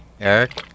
Eric